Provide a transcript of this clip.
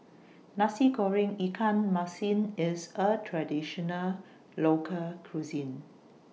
Nasi Goreng Ikan Masin IS A Traditional Local Cuisine